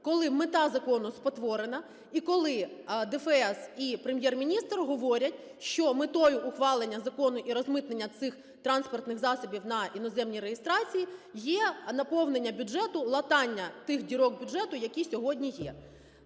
коли мета закону спотворена і коли ДФС і Прем’єр-міністр говорять, що метою ухвалення закону і розмитнення цих транспортних засобів на іноземній реєстрації є наповнення бюджету, латання тих дірок бюджету, які сьогодні є.